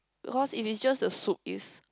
cause if it's just the soup is